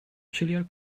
chillier